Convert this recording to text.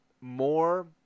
more